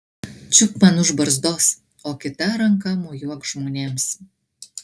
čiupk man už barzdos o kita ranka mojuok žmonėms